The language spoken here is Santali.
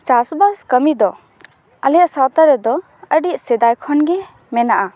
ᱪᱟᱥᱵᱟᱥ ᱠᱟᱹᱢᱤ ᱫᱚ ᱟᱞᱮᱭᱟᱜ ᱥᱟᱶᱛᱟ ᱨᱮᱫᱚ ᱟᱹᱰᱤ ᱥᱮᱫᱟᱭ ᱠᱷᱚᱱ ᱜᱮ ᱢᱮᱱᱟᱜᱼᱟ